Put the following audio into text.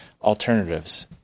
alternatives